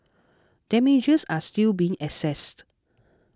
damages are still being assessed